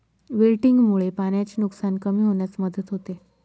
विल्टिंगमुळे पाण्याचे नुकसान कमी होण्यास मदत होते